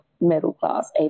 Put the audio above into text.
middle-class